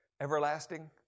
everlasting